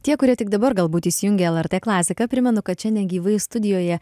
tie kurie tik dabar galbūt įsijungė lrt klasiką primenu kad šiandien gyvai studijoje